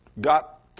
got